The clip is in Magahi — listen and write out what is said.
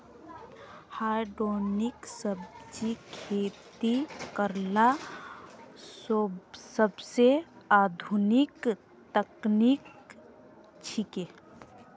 हाइड्रोपोनिक सब्जिर खेती करला सोबसे आधुनिक तकनीक छिके